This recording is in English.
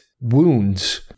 wounds